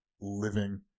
living